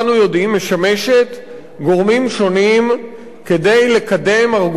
משמשת גורמים שונים כדי לקדם ארגומנטציה פוליטית,